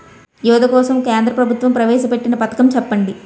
యువత కోసం కేంద్ర ప్రభుత్వం ప్రవేశ పెట్టిన పథకం చెప్పండి?